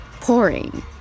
pouring